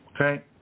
Okay